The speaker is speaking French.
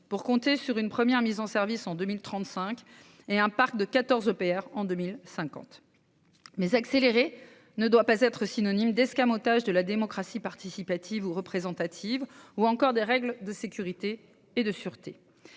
pour compter sur une première mise en service en 2035 et un parc de quatorze EPR en 2050. Cette accélération ne doit pourtant pas être synonyme d'escamotage de la démocratie participative ou représentative ou encore des règles de sécurité et de sûreté.